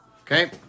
Okay